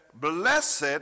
blessed